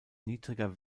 niedriger